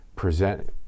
present